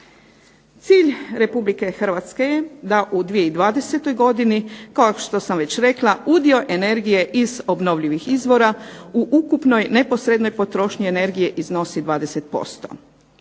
Cilj Republike Hrvatske je da u 2020. godini udio energije iz obnovljivih izvora u ukupnoj nesporednoj potrošnji energije iznosi 20%.